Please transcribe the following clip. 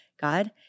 God